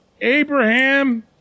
Abraham